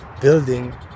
building